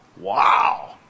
wow